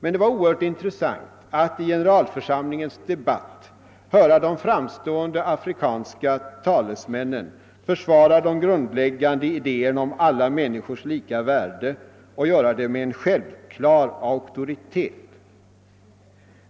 Det var oerhört intressant att i generalförsamlingens debatt höra de framstående afrikanska talesmännen försvara de grundläggande idéerna om alla människors lika värde och göra det med en självklar auktoritet.